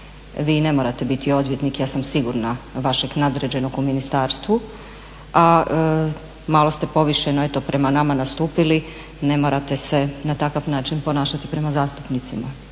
Vi ne morate biti odvjetnik ja sam sigurna vašeg nadređenog u ministarstvu, a malo ste povišeno eto prema nama nastupili, ne morate se na takav način ponašati prema zastupnicima.